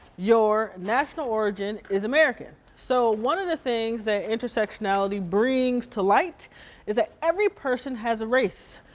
your national origin is american. so one of the things that intersectionality brings to light is that every person has a race,